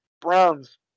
Browns